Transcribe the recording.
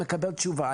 מקבל תשובה.